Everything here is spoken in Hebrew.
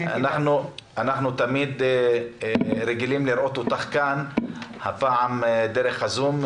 אנחנו רגילים לראות אותך כאן והפעם זה דרך הזום.